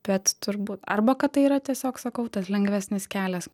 bet turbūt arba kad tai yra tiesiog sakau tas lengvesnis kelias